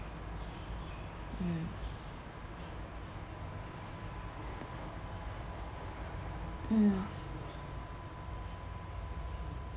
mm mm